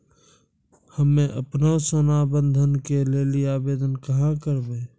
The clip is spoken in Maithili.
हम्मे आपनौ सोना बंधन के लेली आवेदन कहाँ करवै?